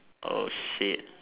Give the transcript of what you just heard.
oh shit